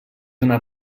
una